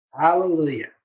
Hallelujah